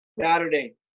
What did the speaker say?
Saturday